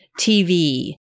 TV